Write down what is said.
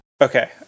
Okay